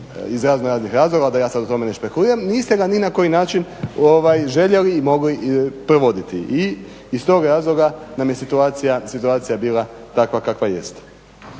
iz razno raznih razloga, da ja sad o tome ne špekuliram. Niste ga ni na koji način željeli, mogli provoditi. I iz tog razloga nam je situacija bila takva kakva jeste.